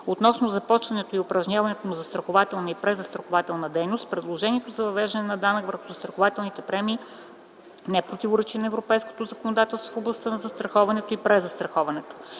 относно започването и упражняването на застрахователна и презастрахователна дейност предложението за въвеждане на данък върху застрахователните премии не противоречи на европейското законодателство в областта на застраховането и презастраховането.